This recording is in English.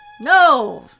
No